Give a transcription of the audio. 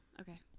okay